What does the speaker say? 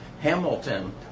Hamilton